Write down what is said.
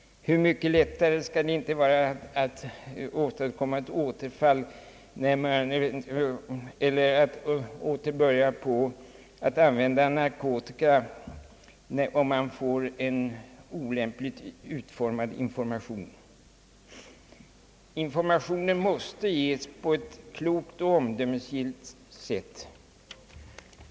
Hur mycket lättare skall det inte vara att åstadkomma ett återfall eller att åter börja använda narkotika om man får en olämpligt utformad information. Informationen måste ges på ett klokt och omdömesgillt sätt.